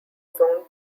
zoned